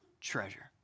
treasure